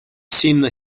sinna